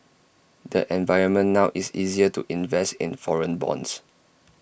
the environment now is easier to invest in foreign bonds